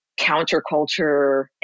counterculture